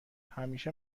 همیشه